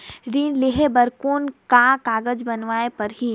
ऋण लेहे बर कौन का कागज बनवाना परही?